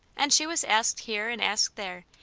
and she was asked here and asked there,